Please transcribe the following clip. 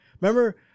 Remember